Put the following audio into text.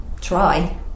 try